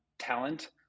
talent